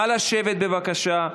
נא לשבת, בבקשה.